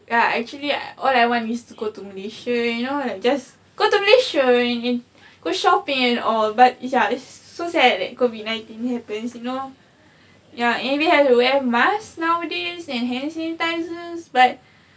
ya actually I all I want is to go to malaysia you know just go to malaysia go shopping and all but it's ya it's so sad that COVID nineteen happens you know ya and we have to wear mask nowadays and hand sanitizers but